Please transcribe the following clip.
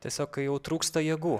tiesiog kai jau trūksta jėgų